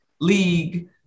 League